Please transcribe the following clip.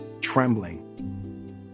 trembling